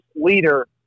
leader